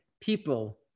people